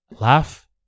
Laugh